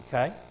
Okay